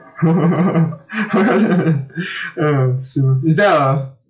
uh similar is there a